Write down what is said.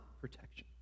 protection